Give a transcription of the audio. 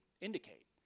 indicate